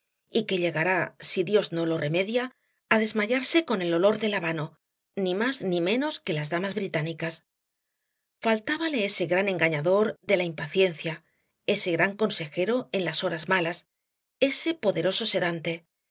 y que llegará si dios no lo remedia á desmayarse con el olor del habano ni más ni menos que las damas británicas faltábale ese gran engañador de la impaciencia ese gran consejero en las horas malas ese poderoso sedante esa